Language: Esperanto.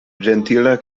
ĝentila